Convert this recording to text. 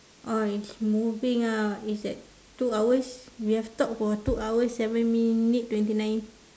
oh it's moving ah is at two hours we have talked for two hours seven minute twenty nine